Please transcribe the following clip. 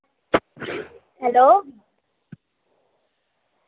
hello